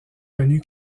connu